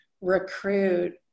recruit